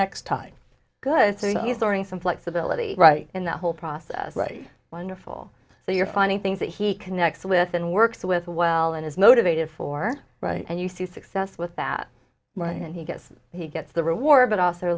next time good so you soaring some flexibility in the whole process right wonderful so you're funny things that he connects with and works with well and is motivated for right and you see success with that right and he gets he gets the reward but also